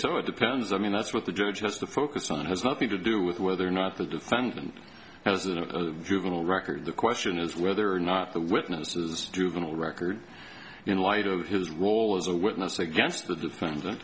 the pens i mean that's what the judge just to focus on has nothing to do with whether or not the defendant has a juvenile record the question is whether or not the witnesses juvenile record in light of his role as a witness against the defendant